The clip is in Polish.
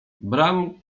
bram